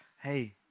hey